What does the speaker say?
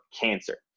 cancer